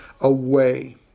away